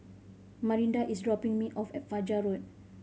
Marinda is dropping me off at Fajar Road